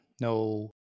No